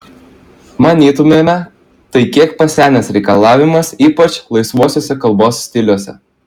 manytumėme tai kiek pasenęs reikalavimas ypač laisvuosiuose kalbos stiliuose